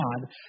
God